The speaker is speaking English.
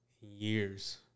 years